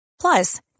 Plus